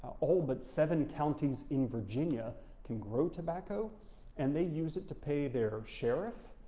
all but seven counties in virginia can grow tobacco and they use it to pay their sheriff,